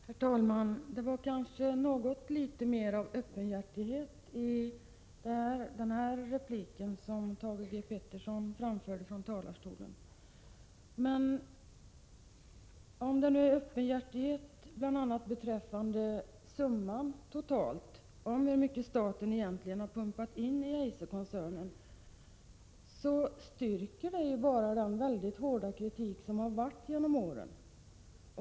Herr talman! Det var något litet mer av öppenhjärtighet i Thage G. Petersons replik. Men den öppenhjärtighet som bl.a. gäller den totala summa som staten har pumpat in i Eiserkoncernen styrker egentligen bara den hårda kritik som funnits genom åren.